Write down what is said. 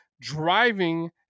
driving